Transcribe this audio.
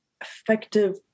effective